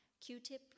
Q-tip